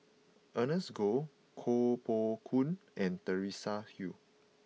Ernest Goh Koh Poh Koon and Teresa Hsu